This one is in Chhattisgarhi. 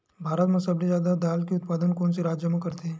भारत मा सबले जादा दाल के उत्पादन कोन से राज्य हा करथे?